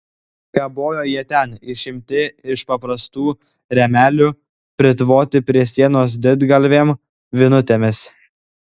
kabojo jie ten išimti iš paprastų rėmelių pritvoti prie sienos didgalvėm vinutėmis